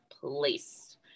place